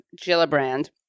Gillibrand